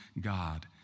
God